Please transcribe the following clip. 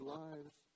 lives